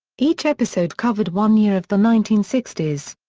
each episode covered one year of the nineteen sixty s.